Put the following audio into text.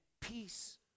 peace